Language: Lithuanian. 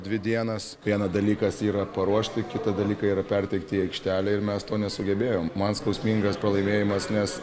dvi dienas viena dalykas yra paruošti kitą dalyką yra perteikti į aikštelę ir mes to nesugebėjom man skausmingas pralaimėjimas nes